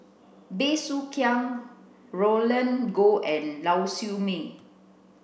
Bey Soo Khiang Roland Goh and Lau Siew Mei